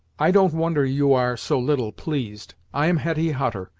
i don't wonder you are so little pleased. i am hetty hutter,